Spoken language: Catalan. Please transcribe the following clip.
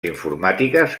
informàtiques